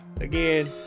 Again